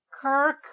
Kirk